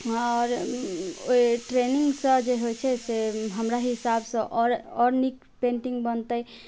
हँ आओर ओहि ट्रेनिङ्गसंँ जे होइत छै से हमरा हिसाबसंँ आओर नीक पेंटिङ्ग बनतै